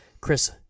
Chris